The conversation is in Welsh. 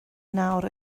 nawr